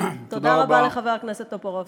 תודה רבה לחבר הכנסת טופורובסקי.